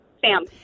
Sam